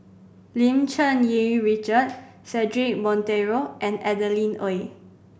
Lim Cherng Yih Richard Cedric Monteiro and Adeline Ooi